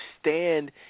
stand